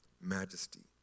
majesty